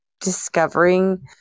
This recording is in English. discovering